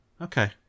Okay